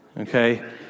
okay